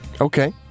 Okay